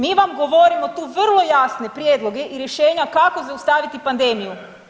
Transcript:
Mi vam govorimo tu vrlo jasne prijedloge i rješenja kako zaustaviti pandemiju.